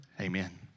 amen